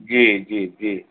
जी जी जी